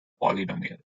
polynomial